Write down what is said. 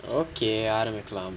okay ஆரம்பிக்கலாம்:arambikalaam